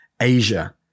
Asia